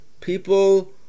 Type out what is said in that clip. People